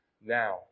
now